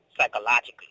psychologically